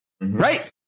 Right